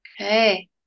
Okay